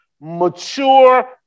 mature